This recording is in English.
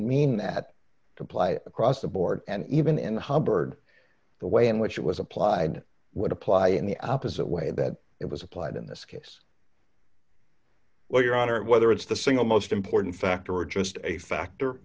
apply across the board and even in hubbard the way in which it was applied would apply in the opposite way that it was applied in this case well your honor whether it's the single most important factor or just a factor